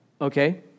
Okay